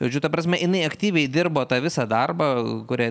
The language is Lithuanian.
žodžiu ta prasme jinai aktyviai dirbo tą visą darbą kuria